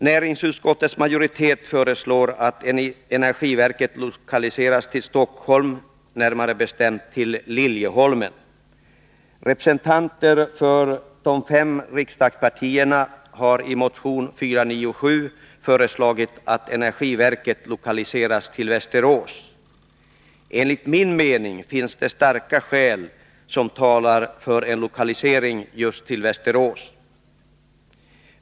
Näringsutskottets majoritet föreslår att energiverket lokaliseras till Stockholm, närmare bestämt till Liljeholmen. Representanter för de fem riksdagspartierna har i motion 497 föreslagit att energiverket lokaliseras till Västerås. Enligt min mening talar starka skäl för en lokalisering just till Västerås.